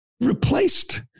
replaced